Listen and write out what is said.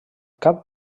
cap